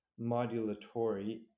modulatory